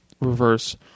reverse